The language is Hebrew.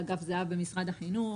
אגף זה"ב במשרד החינוך,